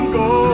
go